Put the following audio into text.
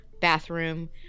bathroom